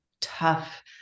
tough